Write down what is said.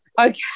okay